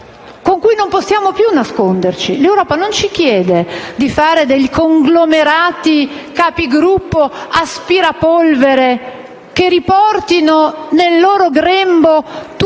L'Europa non ci chiede di fare dei conglomerati capigruppo aspirapolvere che riportino nel loro grembo tutte le